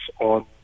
on